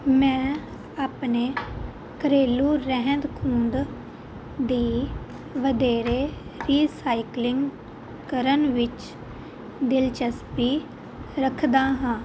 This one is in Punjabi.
ਮੈਂ ਆਪਣੇ ਘਰੇਲੂ ਰਹਿੰਦ ਖੂੰਹਦ ਦੀ ਵਧੇਰੇ ਰੀਸਾਈਕਲਿੰਗ ਕਰਨ ਵਿੱਚ ਦਿਲਚਸਪੀ ਰੱਖਦਾ ਹਾਂ